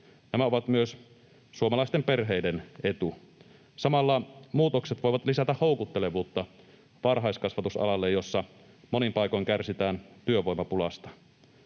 Nämä ovat myös suomalaisten perheiden etu. Samalla muutokset voivat lisätä houkuttelevuutta varhaiskasvatusalalle, jolla monin paikoin kärsitään työvoimapulasta.